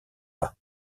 pas